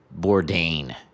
Bourdain